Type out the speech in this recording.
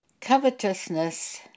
Covetousness